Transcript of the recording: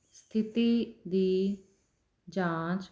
ਸਥਿਤੀ ਦੀ ਜਾਂਚ